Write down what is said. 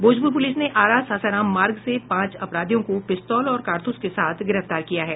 Bhojpur police ने आरा सासाराम मार्ग से पांच अपराधियों को पिस्तौल और कारतूस के साथ गिरफ्तार किया है